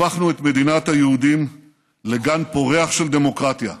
הפכנו את מדינת היהודים לגן פורח של דמוקרטיה,